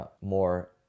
more